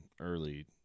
early